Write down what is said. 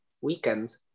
weekend